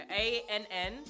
A-N-N